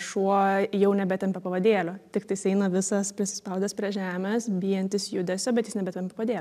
šuo jau nebetempia pavadėlio tiktais eina visas prisispaudęs prie žemės bijantis judesio bet jis nebetampo pavadėlio